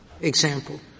example